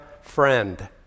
friend